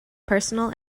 personal